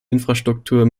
infrastruktur